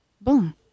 boom